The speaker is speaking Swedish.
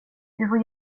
får